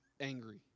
angry